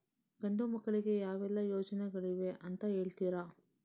ಗಂಡು ಮಕ್ಕಳಿಗೆ ಯಾವೆಲ್ಲಾ ಯೋಜನೆಗಳಿವೆ ಅಂತ ಹೇಳ್ತೀರಾ?